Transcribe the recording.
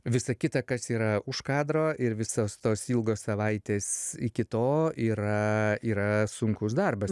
visa kita kas yra už kadro ir visos tos ilgos savaitės iki to yra yra sunkus darbas